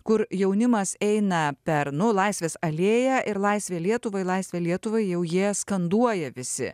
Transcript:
kur jaunimas eina per nu laisvės alėją ir laisvė lietuvai laisvė lietuvai jau jie skanduoja visi